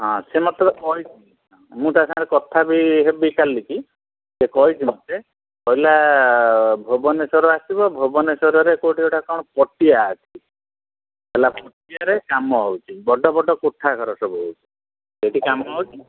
ହଁ ସେ ମୋତେ କହିଛି ମୁଁ ତା'ସାଙ୍ଗରେ କଥା ବି ହେବି କାଲି କହିଛି ମୋତେ କହିଲା ଭୁବନେଶ୍ୱର ଆସିବ ଭୁବନେଶ୍ୱରରେ କେଉଁଠି ଗୋଟେ କ'ଣ ପଟିଆ ଅଛି ହେଲା ପଟିଆରେ କାମ ହେଉଛି ବଡ଼ ବଡ଼ କୋଠା ଘର ସବୁ ହେଉଛି ସେଠି କାମ ହେଉଛି